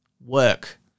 work